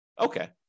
Okay